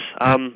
Yes